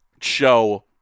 show